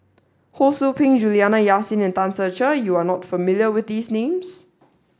Ho Sou Ping Juliana Yasin and Tan Ser Cher you are not familiar with these names